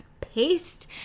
paste